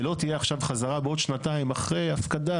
ולא תהיה עכשיו חזרה בעוד שנתיים אחרי הפקדה